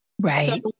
Right